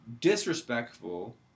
disrespectful